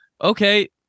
okay